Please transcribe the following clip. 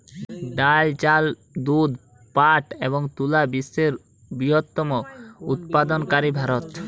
ডাল, চাল, দুধ, পাট এবং তুলা বিশ্বের বৃহত্তম উৎপাদনকারী ভারত